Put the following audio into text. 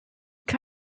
also